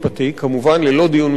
כמובן, ללא דיון משפטי.